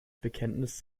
bekenntnis